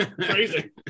Crazy